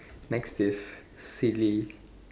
next is silly